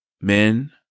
men